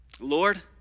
Lord